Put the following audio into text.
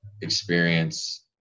experience